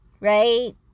right